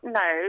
no